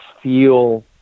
feel